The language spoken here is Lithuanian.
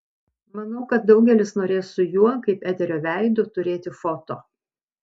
manau kad daugelis norės su juo kaip eterio veidu turėti foto